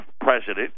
President